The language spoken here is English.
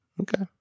Okay